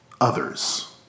others